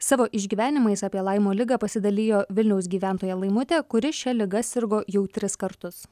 savo išgyvenimais apie laimo ligą pasidalijo vilniaus gyventoja laimutė kuri šia liga sirgo jau tris kartus